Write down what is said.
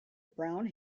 brown